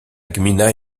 gmina